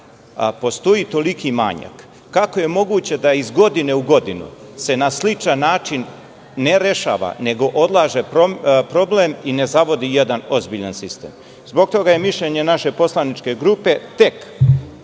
postoji toliki manjak? Kako je moguće da iz godine u godinu se na sličan način ne rešava, nego odlaže problem i ne zavodi jedan ozbiljan sistem? Zbog toga je mišljenje naše poslaničke grupe tek